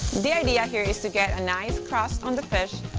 the idea here is to get a nice crust on the fish,